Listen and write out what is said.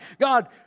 God